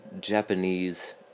japanese